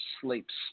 sleeps